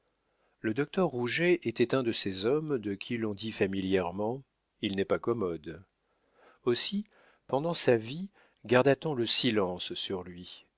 le docteur rouget était un de ces hommes de qui l'on dit familièrement il n'est pas commode aussi pendant sa vie garda t on le silence sur lui